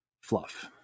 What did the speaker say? fluff